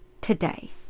today